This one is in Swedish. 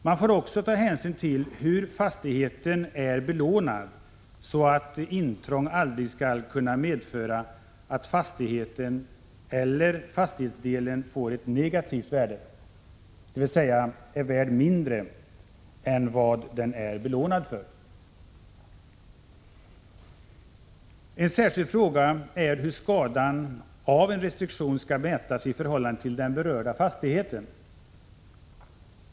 Man får också ta hänsyn till hur fastigheten är belånad, så att intrång aldrig skall kunna medföra att fastigheten eller fastighetsdelen får ett negativt värde, dvs. är värd mindre än vad den är belånad för. En särskild fråga är hur skadan av en restriktion skall mätas i förhållande till den berörda fastigheten.